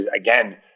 again